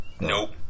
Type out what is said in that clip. Nope